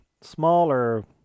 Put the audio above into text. smaller